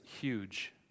huge